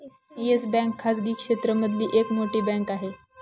yes Bank खाजगी क्षेत्र मधली एक मोठी बँक आहे